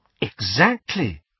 Exactly